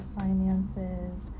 finances